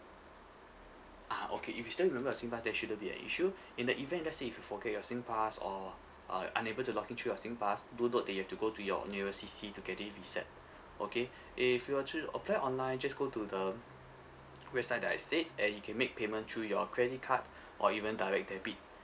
ah okay if you still remember your SINGPASS that shouldn't be an issue in the event let's say if you forget your SINGPASS or uh unable to log in to your SINGPASS do note that you have to go to your nearest C_C to get it reset okay if you were to apply online just go to the website that I said and you can make payment through your credit card or even direct debit